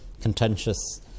contentious